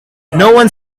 one